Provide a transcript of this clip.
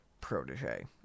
protege